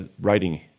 writing